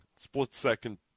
split-second